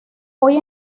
hoy